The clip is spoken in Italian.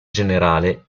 generale